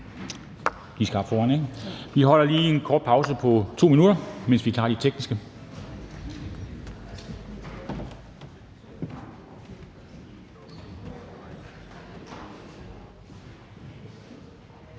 Vi holder en kort pause på 2 minutter, mens vi klarer det tekniske.